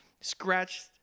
Scratched